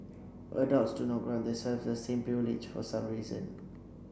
adults do not grant themselves the same privilege for some reason